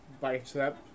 bicep